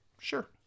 Sure